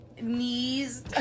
knees